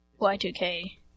Y2K